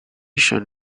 should